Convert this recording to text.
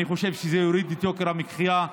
אני חושב שזה יוריד את יוקר המחיה.